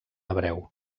hebreu